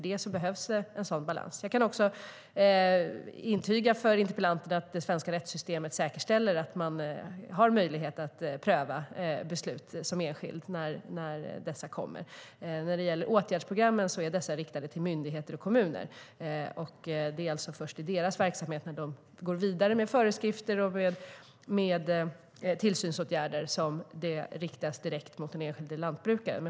Då behövs en sådan balans. Jag kan också intyga för interpellanten att det svenska rättssystemet säkerställer att man som enskild har möjlighet att pröva beslut när de kommer. Åtgärdsprogrammen är riktade till myndigheter och kommuner. Det är alltså först i deras verksamheter, när de går vidare med föreskrifter och tillsynsåtgärder, som det riktas direkt mot den enskilde lantbrukaren.